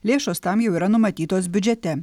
lėšos tam jau yra numatytos biudžete